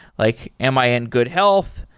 like am i in good health?